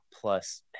plus